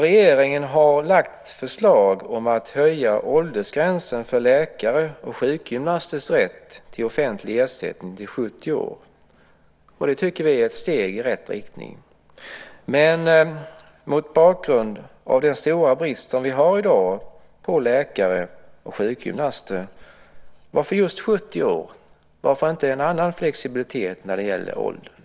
Regeringen har lagt fram förslag om en höjning av åldersgränsen till 70 år för läkares och sjukgymnasters rätt till offentlig ersättning. Det tycker vi är ett steg i rätt riktning. Men mot bakgrund av den stora brist på läkare och sjukgymnaster som råder i dag undrar jag: Varför just 70 år? Varför inte en annan flexibilitet när det gäller ålder?